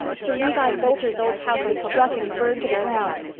mr. levi boulter's old house was struck and burned to the ground.